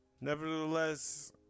nevertheless